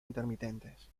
intermitentes